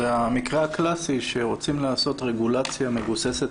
זה המקרה הקלאסי שרוצים לעשות רגולציה מבוססת